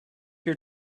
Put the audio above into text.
your